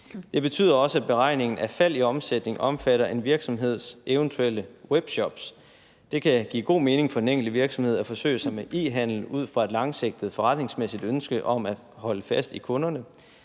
Det betyder også, at beregningen af fald i omsætningen omfatter en virksomheds eventuelle webshops. Det kan give god mening for den enkelte virksomhed at forsøge sig med e-handel ud fra et langsigtet forretningsmæssigt ønske om at holde fast i kunderne.